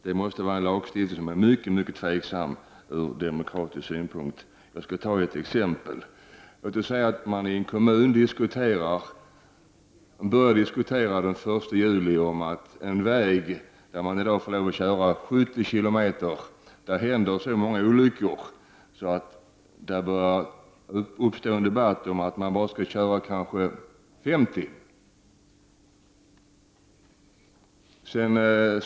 Det är en lagstiftning som är mycket tvivelaktig ur demokratisk synpunkt. Jag skall ta ett exempel. Låt oss säga att man i en kommun den 1 juli börjar diskutera att det på en väg där det är tillåtet att köra 70 km och där det händer många olyckor bara skall bli tillåtet att köra 50 km.